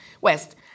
west